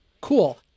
Cool